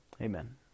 amen